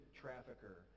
trafficker